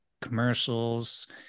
commercials